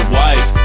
wife